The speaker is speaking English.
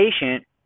patient